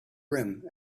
brim